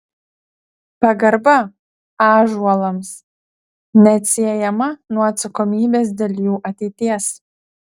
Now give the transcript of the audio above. pagarba ąžuolams neatsiejama nuo atsakomybės dėl jų ateities